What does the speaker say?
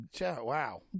wow